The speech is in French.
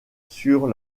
sur